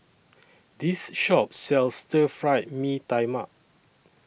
This Shop sells Stir Fried Mee Tai Mak